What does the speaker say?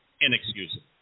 inexcusable